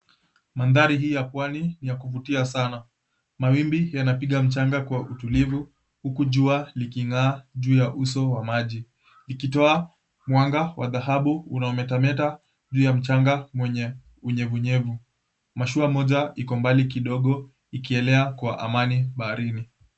Mandhari hii ya pwani ni ya kuvutia sana. Mawimbi yanapiga mchanga kwa utulivu huku jua liking'aa juu ya uso wa maji likitoa mwanga wa dhahabu unaometameta juu ya mchanga mwenye unyevunyevu. Mashua moja iko mbali kidogo, ukielea kwa amani baharini.